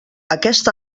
aquest